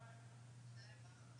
דרכים,